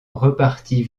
repartit